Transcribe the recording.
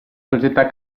società